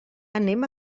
anem